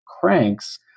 cranks